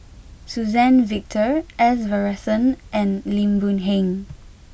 Suzann Victor S Varathan and Lim Boon Heng